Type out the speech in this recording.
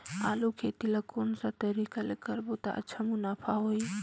आलू खेती ला कोन सा तरीका ले करबो त अच्छा मुनाफा होही?